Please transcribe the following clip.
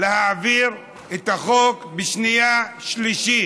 להעביר את החוק בשנייה ושלישית.